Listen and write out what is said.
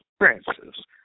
experiences